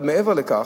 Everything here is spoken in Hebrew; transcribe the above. מעבר לכך,